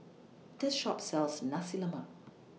This Shop sells Nasi Lemak